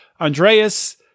Andreas